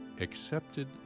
accepted